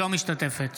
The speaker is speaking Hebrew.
אינה משתתפת